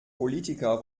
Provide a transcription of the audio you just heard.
politiker